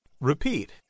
Repeat